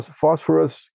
phosphorus